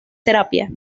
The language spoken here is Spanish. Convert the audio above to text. terapia